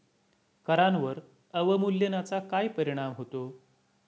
करांवर अवमूल्यनाचा काय परिणाम होतो?